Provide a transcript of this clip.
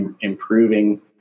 improving